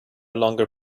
longer